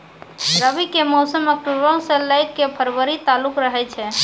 रबी के मौसम अक्टूबरो से लै के फरवरी तालुक रहै छै